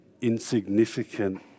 insignificant